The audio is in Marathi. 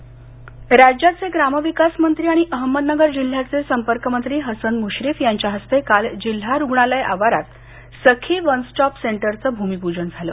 वनस्टॉप राज्याचे ग्रामविकास मंत्री आणि अहमदनगर जिल्ह्याचे संपर्कमंत्री हसन मुश्रीफ यांच्या हस्ते काल जिल्हा रुग्णालय आवारात सखी वन स्टॉप सेंटरचं भूमीपूजन झालं